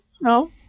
no